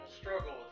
struggle